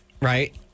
right